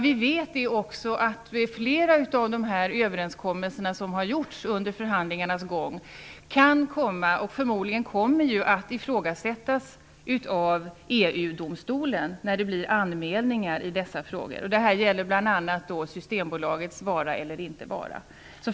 Vi vet också att flera av de överenskommelser som träffats under förhandlingarnas gång kan komma att ifrågasättas av EU-domstolen. Förmodligen kommer de att ifrågasättas när det blir anmälningar i frågor som bl.a. Systembolagets vara eller inte vara.